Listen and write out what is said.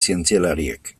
zientzialariek